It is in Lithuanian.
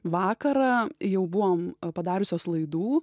vakarą jau buvom padariusios laidų